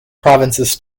provinces